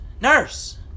nurse